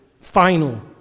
final